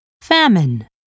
famine